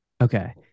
Okay